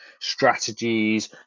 strategies